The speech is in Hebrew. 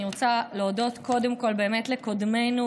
אני רוצה להודות, קודם כול, לקודמינו: